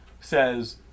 says